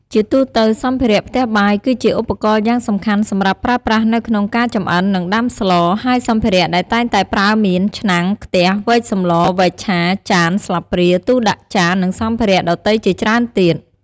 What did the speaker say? ជាទូទៅសម្ភារៈផ្ទះបាយ គឺជាឧបករណ៍យ៉ាងសំខាន់សម្រាប់ប្រើប្រាស់នៅក្នុងការចម្អិន និងដាំស្លរ ហើយសម្ភារៈដែលតែងតែប្រើមាន ឆ្នាំង ខ្ទះ វែកសម្ល វែកឆា ចាន ស្លាព្រា ទូរដាក់ចាន និងសម្ភារៈដទៃជាច្រើនទៀត។